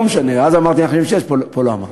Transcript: אז אמרתי 156, פה לא אמרתי.